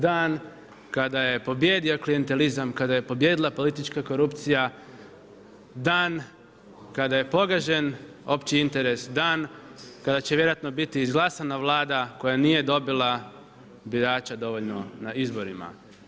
Dan kada je pobijedio klijentalizam, kada je pobijedila politička korupcija, dan kada je pogažen opći interes, dan kada će vjerojatno biti izglasana Vlada koja nije dobila birača dovoljno na izborima.